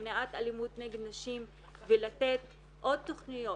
למניעת אלימות נגד נשים ולתת עוד תכניות.